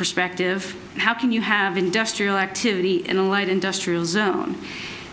perspective how can you have industrial activity in the light industrial zone